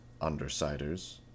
Undersiders